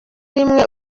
rimwe